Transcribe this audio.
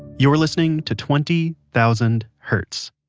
you're listening to twenty thousand hertz.